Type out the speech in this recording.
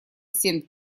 семь